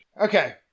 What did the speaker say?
Okay